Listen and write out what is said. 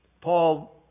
Paul